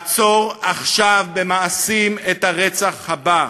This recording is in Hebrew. לעצור עכשיו, במעשים, את הרצח הבא,